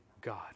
God